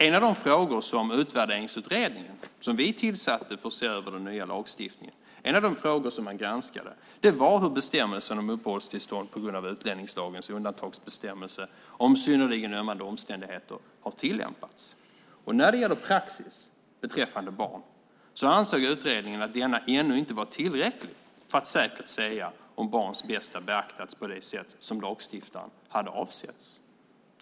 En av de frågor som Utvärderingsutredningen, som vi tillsatte för att se över den nya lagstiftningen, granskade var hur bestämmelsen om uppehållstillstånd på grund av utlänningslagens undantagsbestämmelse om synnerligen ömmande omständigheter har tillämpats. När det gäller praxis beträffande barn ansåg utredningen att denna ännu inte var tillräcklig för att säkert säga om barns bästa beaktats på det sätt som lagstiftaren hade avsett.